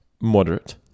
Moderate